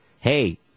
hey